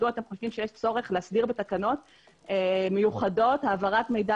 מדוע אתם חושבים שיש צורך להסדיר בתקנות מיוחדות העברת מידע